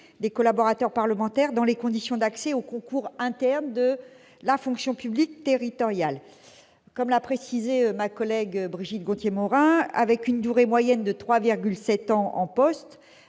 des collaborateurs parlementaires dans les conditions d'accès aux concours internes de la fonction publique territoriale. Comme l'a précisé ma collègue Brigitte Gonthier-Maurin, avec une durée moyenne de 3,7 ans en poste,